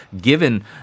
given